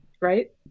right